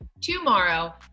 tomorrow